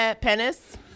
penis